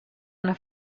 una